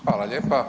Hvala lijepa.